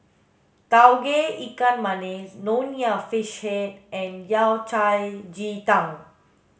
tauge ikan masin nonya fish head and yao cai ji tang